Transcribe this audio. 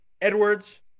Edwards